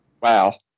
wow